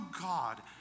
God